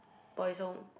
boys home